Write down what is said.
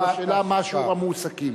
השאלה מה שיעור המועסקים,